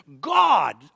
God